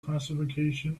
classification